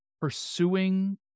pursuing